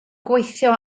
gweithio